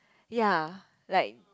ya like